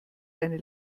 eine